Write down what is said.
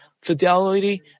fidelity